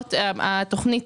מאיפה זה עובר ולאן?